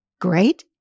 Great